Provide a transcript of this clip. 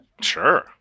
Sure